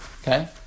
Okay